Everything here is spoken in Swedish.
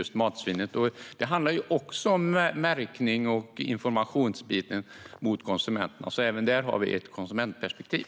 Det handlar också om märkning och information till konsumenterna, så även där har vi ett konsumentperspektiv.